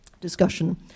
Discussion